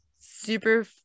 Super